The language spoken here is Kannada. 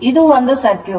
ಇದು ಒಂದು ಸರ್ಕ್ಯೂಟ್